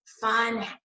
fun